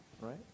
right